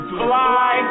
fly